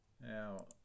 Now